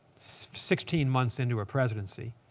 sixteen months into a presidency.